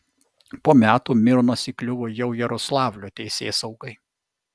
po metų mironas įkliuvo jau jaroslavlio teisėsaugai